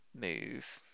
move